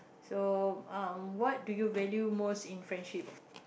so um what do you value most in friendship